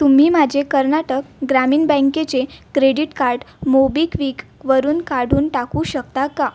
तुम्ही माझे कर्नाटक ग्रामीण बँकेचे क्रेडिट कार्ट मोबिक्विकवरून काढून टाकू शकता का